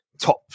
top